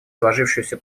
сложившуюся